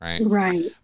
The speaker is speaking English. Right